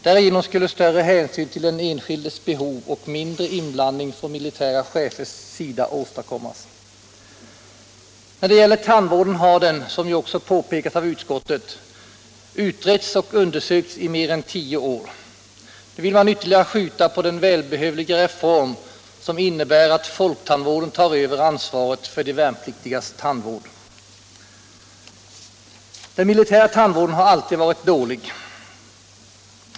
Därigenom skulle större hänsyn till den enskildes behov och mindre inblandning från militära chefers sida åstadkommas. Tandvården har, som också påpekas av utskottet, utretts och undersökts i mer än tio år. Nu vill man ytterligare skjuta på den välbehövliga reformen att folktandvården tar över ansvaret för de värnpliktigas tandvård. Den militära tandvården har alltid varit dålig.